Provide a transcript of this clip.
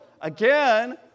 again